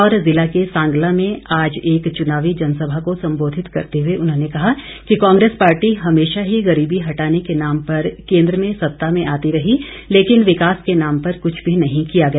किन्नौर जिला के सांगला में आज एक चुनावी जनसभा को संबोधित करते हुए उन्होंने कहा कि कांग्रेस पार्टी हमेशा ही गरीबी हटाने के नाम पर केन्द्र में सत्ता में आती रही लेकिन विकास के नाम पर कुछ भी नहीं किया गया